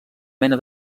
mena